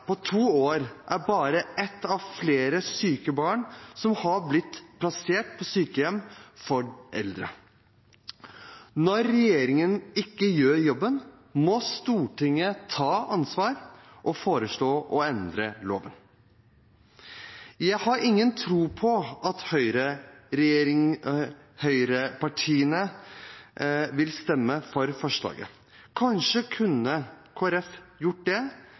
på to år er bare ett av flere syke barn som har blitt plassert på sykehjem for eldre. Når regjeringen ikke gjør jobben, må Stortinget ta ansvar og foreslå å endre loven. Jeg har ingen tro på at høyrepartiene vil stemme for forslaget. Kanskje kunne Kristelig Folkeparti gjort det,